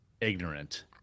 ignorant